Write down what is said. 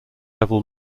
level